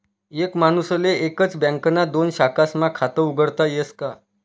एक माणूसले एकच बँकना दोन शाखास्मा खातं उघाडता यस का?